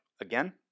again